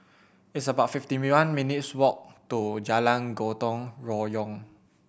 it's about fifty minutes' walk to Jalan Gotong Royong